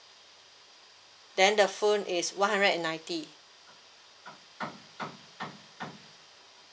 then the phone is one hundred and ninety